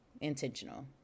intentional